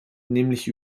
nämlich